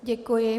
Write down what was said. Děkuji.